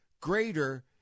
greater